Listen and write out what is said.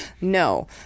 No